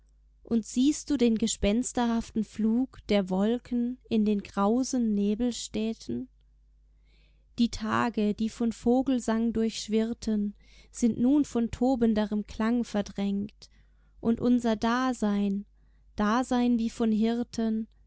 und siehst du den gespensterhaften flug der wolken in den grausen nebel städten die tage die von vogelsang durchschwirrten sind nun von tobenderem klang verdrängt und unser dasein dasein wie von hirten